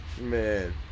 Man